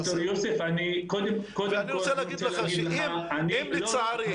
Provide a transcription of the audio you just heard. ד"ר יוסף --- אם לצערי,